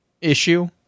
issue